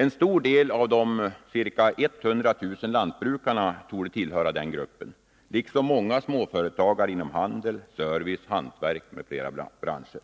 En stor del av de ca 100 000 lantbrukarna tillhör denna grupp liksom många småföretagare inom handel, service, hantverk m.fl. branscher.